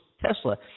Tesla